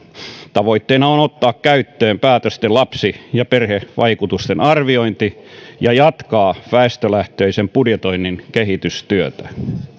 tavoitteena on ottaa käyttöön päätösten lapsi ja perhevaikutusten arviointi ja jatkaa väestölähtöisen budjetoinnin kehitystyötä